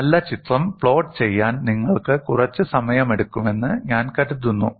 ഈ നല്ല ചിത്രം പ്ലോട്ട് ചെയ്യാൻ നിങ്ങൾക്ക് കുറച്ച് സമയമെടുക്കുമെന്ന് ഞാൻ കരുതുന്നു